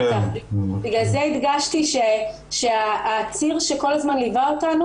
בגלל זה הדגשתי שהציר שכל הזמן ליווה אותנו